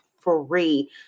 free